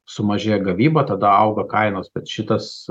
sumažėja gavyba tada auga kainos bet šitas